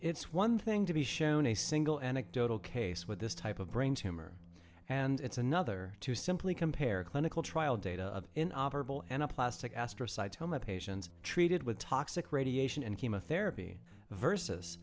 it's one thing to be shown a single anecdotal case with this type of brain tumor and it's another to simply compare clinical trial data of in operable anaplastic astrocytoma patients treated with toxic radiation and chemotherapy versus